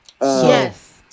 Yes